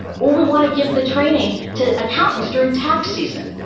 or we want to give the training to accountants during tax season.